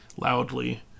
loudly